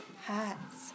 Hats